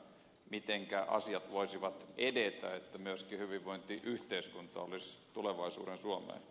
mitenkä asiat voisivat edetä että myöskin hyvinvointiyhteiskunta olisi tulevaisuuden suomea